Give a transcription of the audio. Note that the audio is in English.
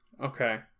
Okay